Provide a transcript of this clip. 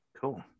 Cool